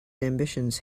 ambitions